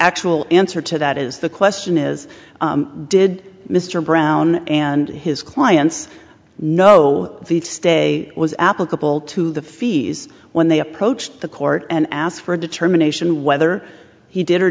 actual answer to that is the question is did mr brown and his clients know the stay was applicable to the fees when they approached the court and asked for a determination whether he did or